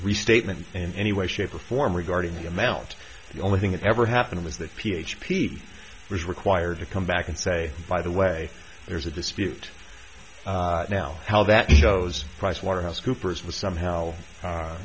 restatement in any way shape or form regarding the amount the only thing that ever happened was that p h p was required to come back and say by the way there's a dispute now how that shows pricewaterhouse coopers was somehow